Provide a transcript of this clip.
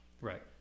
Right